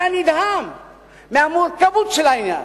אתה נדהם מהמורכבות של העניין.